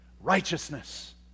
Righteousness